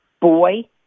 Boy